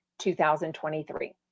2023